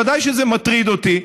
ודאי שזה מטריד אותי.